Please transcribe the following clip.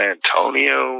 Antonio